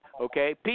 okay